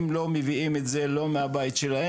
הם לא מביאים את זה מהבית שלהם,